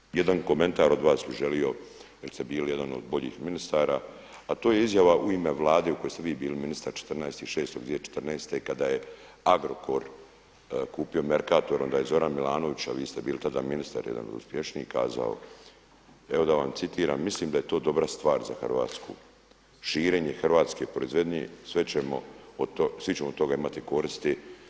Po meni jedan komentar od vas bih želio, jer ste bili jedan od boljih ministara a to je izjava u ime Vlade u kojoj ste vi bili ministar 14.6.2014. kada je Agrokor kupio Mercator onda je Zoran Milanović a vi ste bili tada ministar jedan od uspješnijih kazao, evo da vam citiram: „Mislim da je to dobra stvar za Hrvatsku, širenje hrvatske proizvodnje, svi ćemo od toga imati koristi.